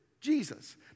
Jesus